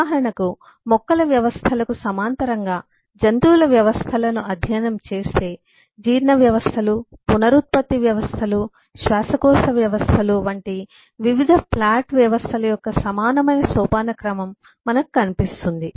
ఉదాహరణకు మొక్కల వ్యవస్థలకు సమాంతరంగా జంతువుల వ్యవస్థలను అధ్యయనం చేస్తే జీర్ణవ్యవస్థలు పునరుత్పత్తి వ్యవస్థలు శ్వాసకోశ వ్యవస్థలు వంటి వివిధ ప్లాట్ వ్యవస్థల యొక్క సమానమైన సోపానక్రమం మనకు కనిపిస్తుంది